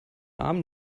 arm